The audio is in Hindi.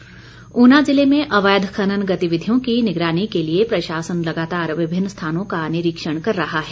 खनन ऊना ज़िले में अवैध खनन गतिविधियों की निगरानी के लिए प्रशासन लगातार विभिन्न स्थानों का निरीक्षण कर रहा है